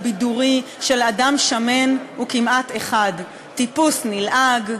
הבידורי של אדם שמן הוא כמעט אחד: טיפוס נלעג,